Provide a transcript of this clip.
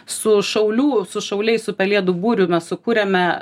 su šaulių su šauliais su pelėdų būriu mes sukūrėme